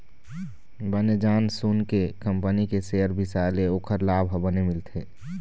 बने जान सून के कंपनी के सेयर बिसाए ले ओखर लाभ ह बने मिलथे